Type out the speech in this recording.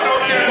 אני פה.